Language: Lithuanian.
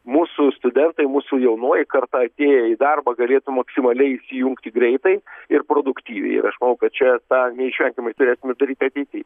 mūsų studentai mūsų jaunoji karta atėję į darbą galėtų maksimaliai įsijungti greitai ir produktyviai manau kad čia tą neišvengiamai turėtumėme daryt ateity